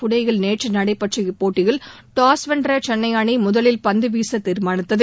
பூனேயில் நேற்று நடைபெற்ற இப்போட்டியில் டாஸ் வென்ற சென்னை அணி முதலில் பந்துவீச தீர்மானித்தது